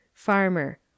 Farmer